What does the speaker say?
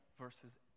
versus